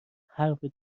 حرف